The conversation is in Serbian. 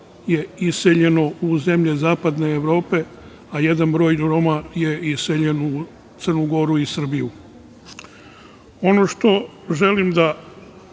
je iseljeno u zemlje zapadne Evrope, a jedan broj Roma je iseljen u Crnu Goru i Srbiju. Ono što želim da